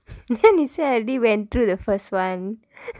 then he said I already went through the first [one]